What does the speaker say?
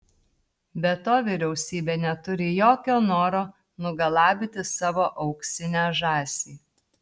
be to vyriausybė neturi jokio noro nugalabyti savo auksinę žąsį